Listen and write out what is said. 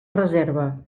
reserva